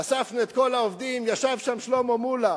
אספנו את כל העובדים, ישב שם שלמה מולה.